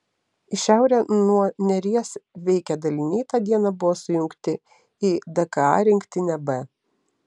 į šiaurę nuo neries veikę daliniai tą dieną buvo sujungti į dka rinktinę b